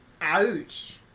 Ouch